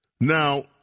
Now